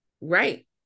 Right